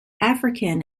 african